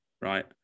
right